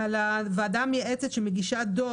ולכן הייעוץ המשפטי של הוועדה המליץ להסיר את המילים מי